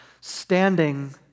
standing